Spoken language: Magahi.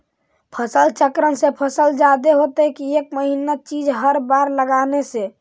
फसल चक्रन से फसल जादे होतै कि एक महिना चिज़ हर बार लगाने से?